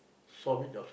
solve it yourself